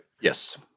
Yes